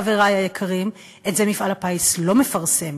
חברי היקרים, את זה מפעל הפיס לא מפרסם,